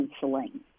counseling